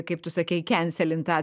kaip tu sakei kencelinta